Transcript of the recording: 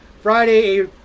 Friday